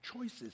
choices